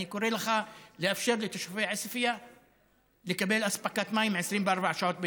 אני קורא לך לאפשר לתושבי עוספיא לקבל אספקת מים 24 שעות ביממה,